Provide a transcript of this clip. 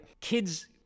kids